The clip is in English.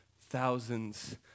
thousands